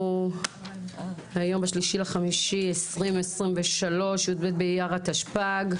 היום 3 במאי 2023, י"ב באייר התשפ"ג.